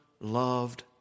loved